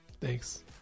thanks